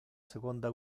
seconda